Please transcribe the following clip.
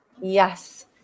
Yes